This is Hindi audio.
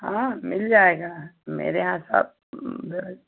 हाँ मिल जाएगा मेरे यहाँ सब है